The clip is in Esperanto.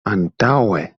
antaŭe